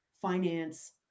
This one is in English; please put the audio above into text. finance